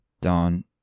Don